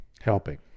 Helping